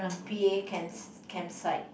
p_a camps~ campsite